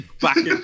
back